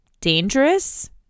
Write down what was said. Dangerous